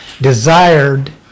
desired